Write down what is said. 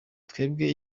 twebwe